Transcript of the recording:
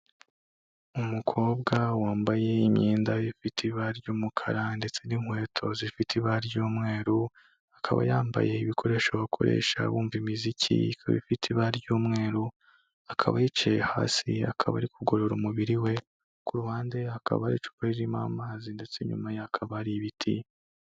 Umukobwa wambaye imyenda ifite ibara ry'umukara ndetse n'inkweto zifite ibara ry'umweru, akaba yambaye ibikoresho bakoresha bumva imiziki ikaba ifite ibara ry'umweru, akaba yicaye hasi, akaba ari kugorora umubiri we ku ruhande hakaba hari icupa ririmo amazi ndetse inyuma ye hakaba hari ibiti.